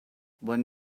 one